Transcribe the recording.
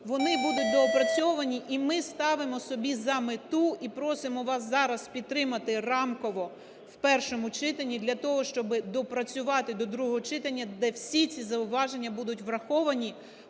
вони будуть доопрацьовані і ми ставимо собі за мету і просимо вас зараз підтримати рамково в першому читанні для того, щоби доопрацювати до другого читання, де всі ці зауваження будуть враховані,